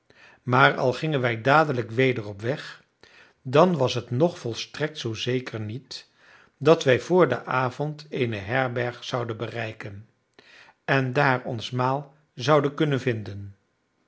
maar al gingen wij dadelijk weder op weg dan was het nog volstrekt zoo zeker niet dat wij vr den avond eene herberg zouden bereiken en daar ons maal zouden kunnen vinden